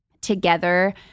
together